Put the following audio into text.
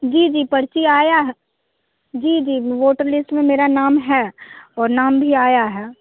जी जी पर्ची आया है जी जी वोटर लिस्ट में मेरा नाम है और नाम भी आया है